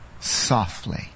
softly